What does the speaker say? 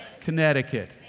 Connecticut